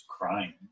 crying